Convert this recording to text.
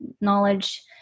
knowledge